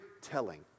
telling